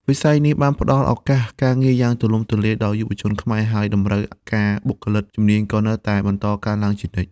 វិស័យនេះបានផ្តល់ឱកាសការងារយ៉ាងទូលំទូលាយដល់យុវជនខ្មែរ ហើយតម្រូវការបុគ្គលិកជំនាញក៏នៅតែបន្តកើនឡើងជានិច្ច។